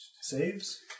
Saves